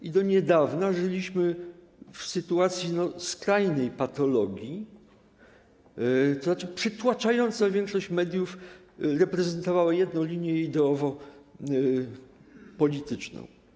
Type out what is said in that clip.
I do niedawna żyliśmy w sytuacji skrajnej patologii, tzn. przytłaczająca większość mediów reprezentowała jedną linię ideowo-polityczną.